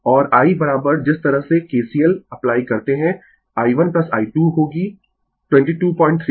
और I जिस तरह से KCL अप्लाई करते है I 1 I 2 होगी 2235 कोण 103o